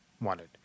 wanted